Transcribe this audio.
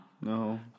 No